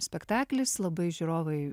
spektaklis labai žiūrovai